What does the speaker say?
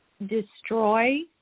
destroy